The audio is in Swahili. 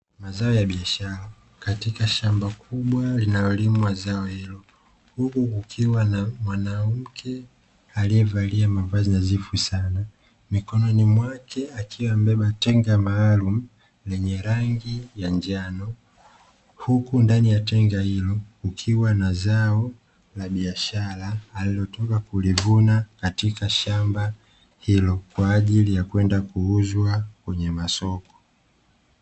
Biashara katika shamba kubwa linalolimwa zao hilo, huku kukiwa na mwanamke aliyevalia mavazi nadhifu sana, mikononi mwake akiwa amebeba tenga maalum yenye rangi ya njano huku ndani ya tenga hilo kukiwa na zao la biashara alilotoka kulivuna katika shamba hilo kwa ajili ya kwenda kuuzwa kwenye masoko.